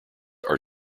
are